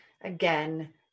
again